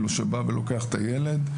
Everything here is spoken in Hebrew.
שבא ולוקח את הילד.